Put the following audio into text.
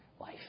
life